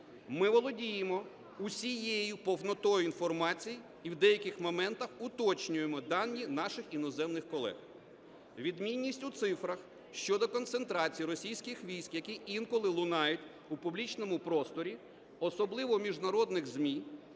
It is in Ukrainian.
Ми володіємо всією повнотою інформації і в деяких моментах уточнюємо дані наших іноземних колег. Відмінність у цифрах щодо концентрації російських військ, які інколи лунають у публічному просторі, особливо в міжнародних ЗМІ,